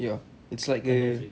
ya it's like a